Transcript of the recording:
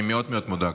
אני מאוד מאוד מודאג.